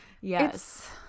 Yes